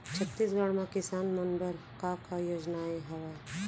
छत्तीसगढ़ म किसान मन बर का का योजनाएं हवय?